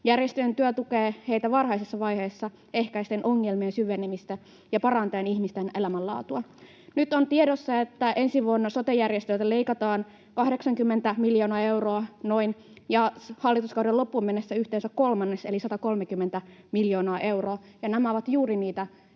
Järjestöjen työ tukee heitä varhaisessa vaiheessa ehkäisten ongelmien syvenemistä ja parantaen ihmisten elämänlaatua. Nyt on tiedossa, että ensi vuonna sote-järjestöiltä leikataan noin 80 miljoonaa euroa ja hallituskauden loppuun mennessä yhteensä kolmannes eli 130 miljoonaa euroa. Ja nämä ovat juuri niitä